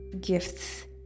gifts